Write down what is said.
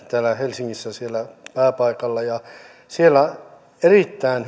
täällä helsingissä siellä ylen pääpaikalla ja siellä oli erittäin